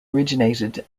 originated